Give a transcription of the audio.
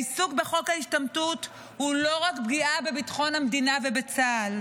העיסוק בחוק ההשתמטות הוא לא רק פגיעה בביטחון המדינה ובצה"ל,